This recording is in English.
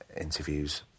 interviews